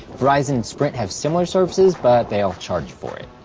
verizon and sprint have similar services, but they all charge for it.